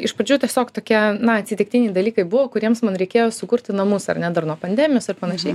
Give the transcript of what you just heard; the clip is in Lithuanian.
iš pradžių tiesiog tokie na atsitiktiniai dalykai buvo kuriems man reikėjo sukurti namus ar ne dar nuo pandemijos ar panašiai